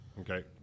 Okay